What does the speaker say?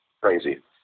crazy